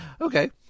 Okay